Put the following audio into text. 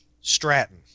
Stratton